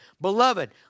Beloved